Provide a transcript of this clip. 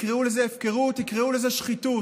תקראו לזה הפקרות, תקראו לזה שחיתות.